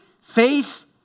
Faith